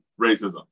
racism